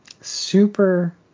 Super